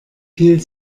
viel